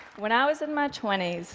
when i was in my twenty s,